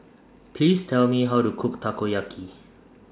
Please Tell Me How to Cook Takoyaki